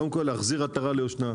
קודם כל להחזיר עטרה ליושנה.